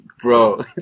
bro